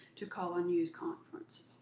to call a news conference.